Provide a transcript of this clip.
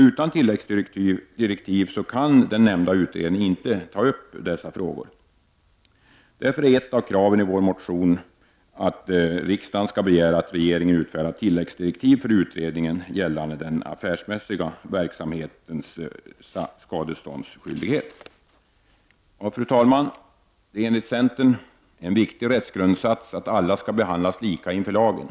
Utan tilläggsdirektiv kan den nämnda utredningen inte ta upp dessa frågor. Ett av kraven i vår reservation är därför att riksdagen skall begära att regeringen utfärdar tilläggsdirektiv för utredningen gällande den affärsmässiga verksamhetens skadeståndsskyldighet. Fru talman! Det är enligt centern en viktig rättsgrundsats att alla skall behandlas lika inför lagen.